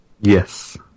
Yes